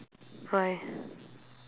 why